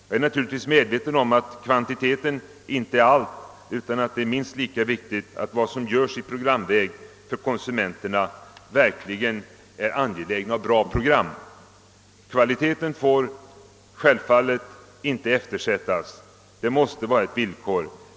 Jag är naturligtvis medveten om att kvantiteten inte är allt utan att det är minst lika viktigt att vad som görs i programväg för konsumenterna verkligen är angelägna och bra program. Kvaliteten får självfallet inte eftersättas, det måste vara ett villkor.